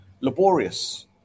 laborious